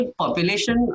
population